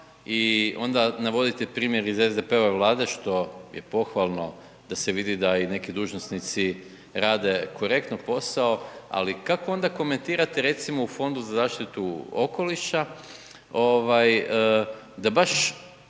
i onda navodite primjer iz SDP-ove Vlade što je pohvalno da se vidi da i neki dužnosnici rade korektno posao, ali kako onda komentirate recimo u Fondu za zaštitu okoliša ovaj